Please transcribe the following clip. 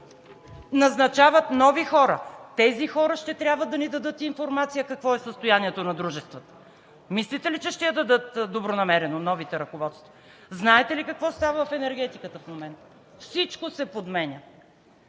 назначават нови хора. Тези хора ще трябва да ни дадат информация, какво е състоянието на дружествата. Мислите ли, че ще я дадат добронамерено новите ръководства? Знаете ли какво става в енергетиката в момента? Всичко се подменя.